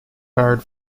barred